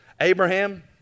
Abraham